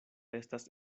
estas